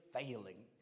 failing